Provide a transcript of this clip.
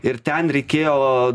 ir ten reikėjo